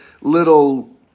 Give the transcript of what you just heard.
little